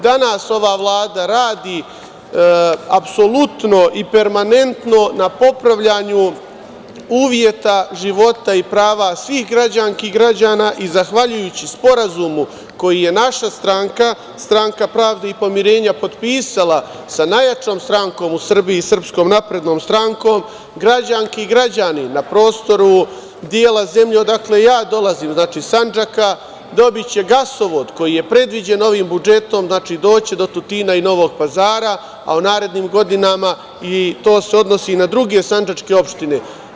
Danas ova Vlada radi apsolutno i permanentno na popravljanju uslova života i prava svih građanki i građana i zahvaljujući sporazumu koji je naša stranka, Stranka pravde i pomirenja potpisala sa najjačom strankom u Srbiji, SNS građanke i građani na prostoru dela zemlje odakle ja dolazim, znači, Sandžaka dobiće gasovod koji je predviđen ovim budžetom, doći do Tutina i Novog Pazara, a u narednim godinama to se odnosi i na druge sandžačke opštine.